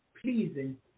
pleasing